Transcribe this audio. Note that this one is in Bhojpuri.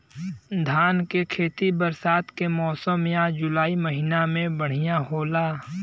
धान के खेती बरसात के मौसम या जुलाई महीना में बढ़ियां होला?